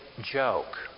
joke